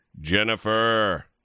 Jennifer